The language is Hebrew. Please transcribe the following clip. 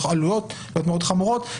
עלולות להיות מאוד חמורות,